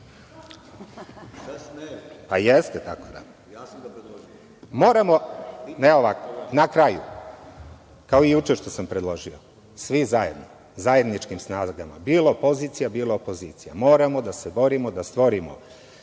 da ste i vas dvojica grešni. Na kraju, kao i juče što sam predložio, svi zajedno, zajedničkim snagama, bilo pozicija bilo opozicija, moramo da se borimo da stvorimo